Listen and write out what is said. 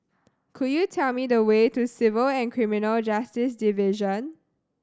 could you tell me the way to Civil and Criminal Justice Division